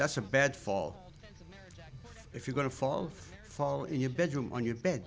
that's a bad fall if you're going to fall fall in your bedroom on your bed